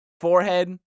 forehead